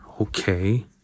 Okay